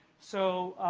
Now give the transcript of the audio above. so,